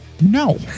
No